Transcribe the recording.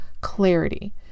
clarity